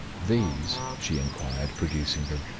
these? she inquired, producing them.